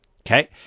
okay